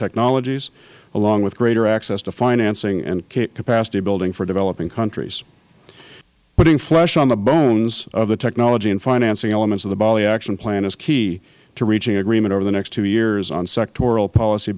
technologies along with greater access to financing and capacity building for developing countries putting flesh on the bones of the technology and financing elements of the bali action plan is key to reaching agreement over the next two years on